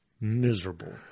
miserable